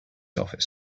office